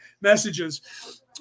messages